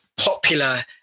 popular